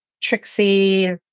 Trixie